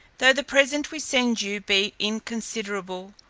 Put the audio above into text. though the present we send you be inconsiderable,